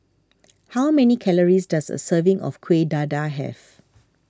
how many calories does a serving of Kueh Dadar have